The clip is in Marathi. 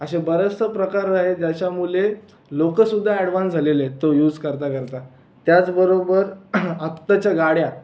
अशा बऱ्याचशा प्रकार आहेत ज्याच्यामुळे लोकसुद्धा ॲडवान्स झालेले आहेत तो यूझ करता करता त्याचबरोबर आत्ताच्या गाड्या